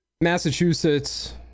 massachusetts